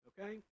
Okay